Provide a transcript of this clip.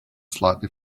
slightly